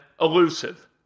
elusive